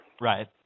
Right